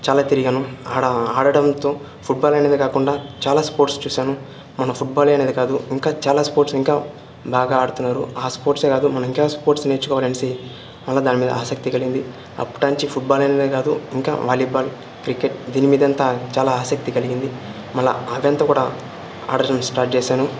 చాలా తిరిగాను అలా ఆడటంతో ఫుడ్బాల్ అనేదే కాకుండా చాలా స్పోర్ట్స్ చూశాను మన ఫుడ్బాలే అనేదే కాదు ఇంకా చాలా స్పోర్ట్స్ ఇంకా బాగా ఆడుతున్నారు ఆ స్పోర్ట్సే కాదు మనం ఇంకా స్పోర్ట్స్ నేర్చుకోవాలనేసి మళ్ళీ దాని మీద ఆసక్తి కలిగింది అప్పుటాల్నించి ఫుడ్బాల్ అనే కాదు ఇంకా వాలీబాల్ క్రికెట్ దీని మీదంతా చాలా ఆసక్తి కలిగింది మళ్ళీ అదంతా కూడా ఆడడం స్టార్ట్ చేశాను